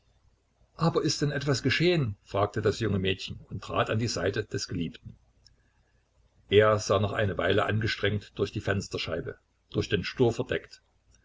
aber ist denn etwas geschehen fragte das junge mädchen und trat an die seite des geliebten er sah noch eine weile angestrengt durch die fensterscheibe durch den store verdeckt